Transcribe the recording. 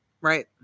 Right